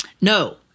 No